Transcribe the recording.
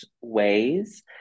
ways